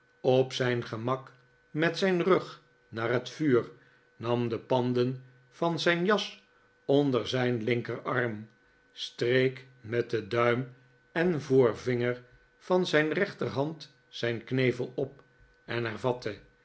op zijn gemak met zijn rug naar het vuur nam de panden van zijn jas onder zijn linkerarm streek met den duim en voorvinger van zijn rechterhand zijn knevel op en